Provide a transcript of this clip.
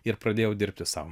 ir pradėjau dirbti sau